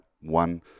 one